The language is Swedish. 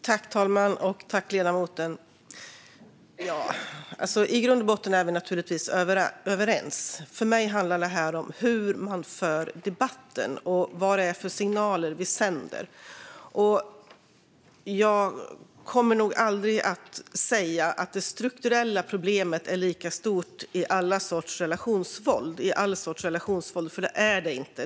Fru talman! I grund och botten är ledamoten och jag naturligtvis överens. För mig handlar det här om hur man för debatten och vad det är för signaler vi sänder. Jag kommer nog aldrig att säga att det strukturella problemet är lika stort i alla sorters relationsvåld, för det är det inte.